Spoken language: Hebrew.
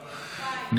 2024,